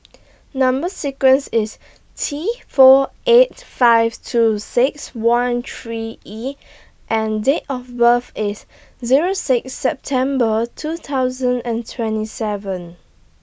Number sequence IS T four eight five two six one three E and Date of birth IS Zero six September two thousand and twenty seven